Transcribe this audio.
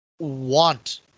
want